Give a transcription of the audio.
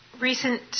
recent